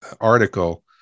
article